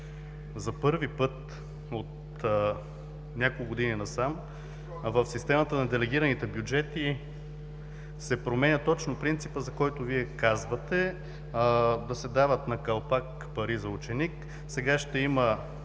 За първи път от няколко години насам в системата на делегираните бюджети се променя точно принципът, за който Вие казвате – да се дават на калпак пари за ученик. Сега ще има